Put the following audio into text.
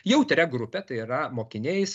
jautria grupe tai yra mokiniais